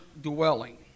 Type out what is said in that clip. dwelling